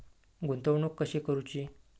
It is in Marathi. गुंतवणूक कशी करूची?